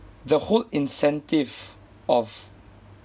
the whole incentive of